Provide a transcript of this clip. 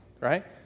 right